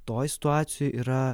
toj situacijoj yra